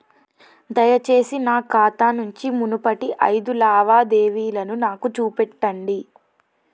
దయచేసి నా ఖాతా నుంచి మునుపటి ఐదు లావాదేవీలను నాకు చూపెట్టండి